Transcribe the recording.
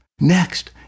Next